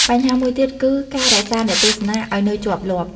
បញ្ហាមួយទៀតគឺ ការរក្សាអ្នកទស្សនាឲ្យនៅជាប់លាប់។